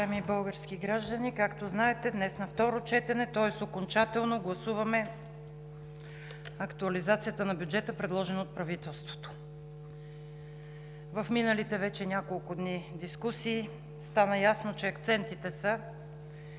Уважаеми български граждани, както знаете днес на второ четене – тоест окончателно, гласуваме актуализацията на бюджета, предложена от правителството. В миналите вече няколко дни, дискусии стана ясно, че акцентните са: